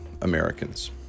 Americans